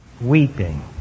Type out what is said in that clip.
Weeping